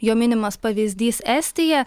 jo minimas pavyzdys estija